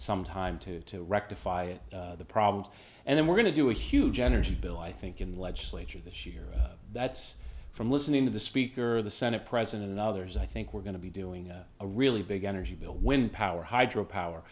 some time to to rectify it the problems and then we're going to do a huge energy bill i think in the legislature this year that's from listening to the speaker the senate president and others i think we're going to be doing a really big energy bill windpower hydro power